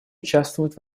участвовать